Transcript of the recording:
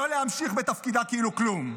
לא להמשיך בתפקידה כאילו כלום.